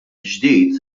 ġdid